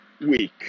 week